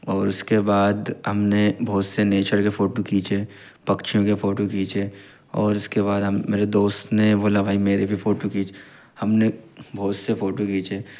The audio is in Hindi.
और उसके बाद हमने बहुत से नेचर के फोटू खींचे पक्षियों के फोटू खींचे और उसके बाद हम मेरे दोस्त ने बोला भई मेरी भी फोटू खींच हमने बहुत से फोटू खींचे